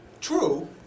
True